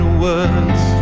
words